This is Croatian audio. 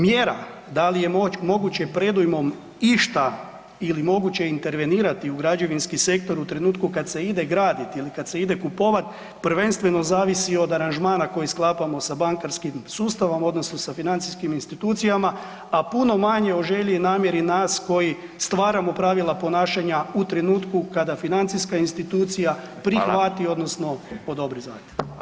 Mjera, da li je moguće predujmom išta ili je moguće intervenirati u građevinski sektor u trenutku kada se ide graditi ili kada se ide kupovat, prvenstveno zavisi od aranžmana koji sklapamo sa bankarskim sustavom odnosno sa financijskim institucijama, a puno manje o želji i namjeri nas koji stvaramo pravila ponašanja u trenutku kada financijska institucija prihvati odnosno odobri zahtjev.